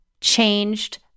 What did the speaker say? changed